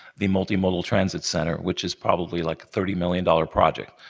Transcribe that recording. the multimodal transit center, which is probably, like, a thirty million dollars project.